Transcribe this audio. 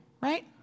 right